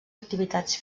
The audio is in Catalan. activitats